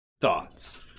thoughts